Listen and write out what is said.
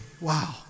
Wow